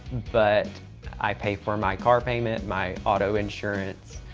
but i pay for my car payment, my auto insurance,